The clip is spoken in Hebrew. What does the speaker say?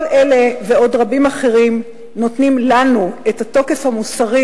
כל אלה ועוד רבים אחרים נותנים לנו את התוקף המוסרי